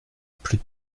plus